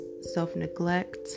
self-neglect